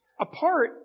apart